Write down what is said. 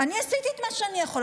אני עשיתי את מה שאני יכול,